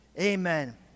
Amen